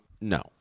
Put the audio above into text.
No